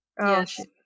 yes